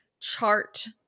Chart